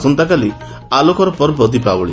ଆସନ୍ତାକାଲି ଆଲୋକର ପର୍ବ ଦୀପାବଳି